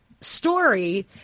story